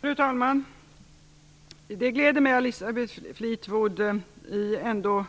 Fru talman! Det gläder mig att Elisabeth Fleetwood ändå